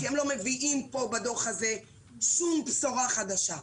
כי הם לא מביאים פה בדוח הזה שום בשורה חדשה.